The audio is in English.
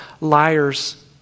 liars